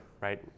right